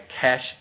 cash